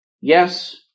Yes